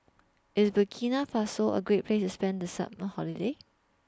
IS Burkina Faso A Great Place to spend The Summer Holiday